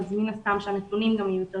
אז מן הסתם שהנתונים גם יהיו יותר